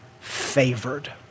favored